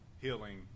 healing